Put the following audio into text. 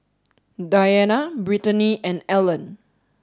Dianna Britany and Allan